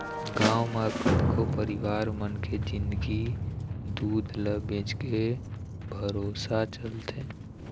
गांव म कतको परिवार मन के जिंनगी दूद ल बेचके भरोसा चलथे